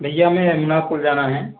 भईया हमें यमुना पुल जाना है